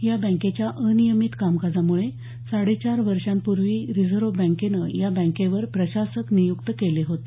या बँकेच्या अनियमित कामकाजामुळे साडेचार वर्षांपूर्वी रिझर्व्ह बँकेनं या बँकेवर प्रशासक नियुक्त केले होते